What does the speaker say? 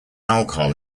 alcohol